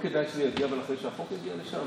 כדאי שזה יגיע אחרי שהחוק יגיע לשם,